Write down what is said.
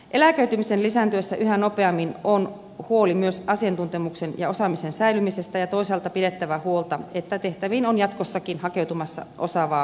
eläköitymisen lisääntyessä yhä nopeammin on huoli myös asiantuntemuksen ja osaamisen säilymisestä ja toisaalta pidettävä huolta että tehtäviin on jatkossakin hakeutumassa osaavaa väkeä